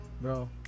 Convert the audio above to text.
Bro